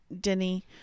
Denny